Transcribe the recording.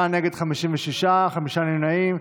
בעד, 49, נגד, 56, חמישה נמנעים.